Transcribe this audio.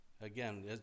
Again